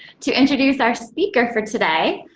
to introduce our speaker for today.